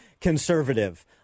conservative